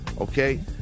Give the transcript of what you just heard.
Okay